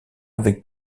avec